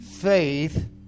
faith